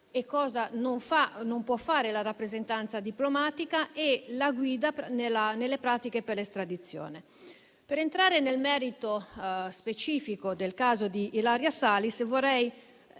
e cosa non può fare la rappresentanza diplomatica e contiene la guida nelle pratiche per l'estradizione. Per entrare nel merito specifico del caso di Ilaria Salis, vorrei